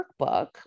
workbook